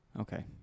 Okay